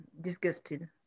Disgusted